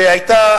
שהיתה,